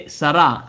sarà